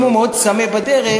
אם הוא מאוד צמא בדרך,